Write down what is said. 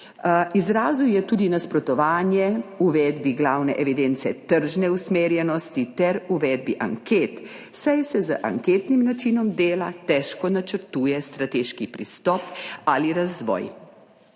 Izrazil je tudi nasprotovanje uvedbi glavne evidence tržne usmerjenosti ter uvedbi anket, saj se z anketnim načinom dela težko načrtuje strateški pristop ali razvoj.